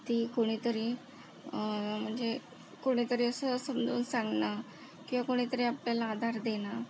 की कोणी तरी म्हणजे असं समजून सांगणं किंवा कोणीतरी आपल्याला आधार देणं